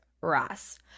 Ross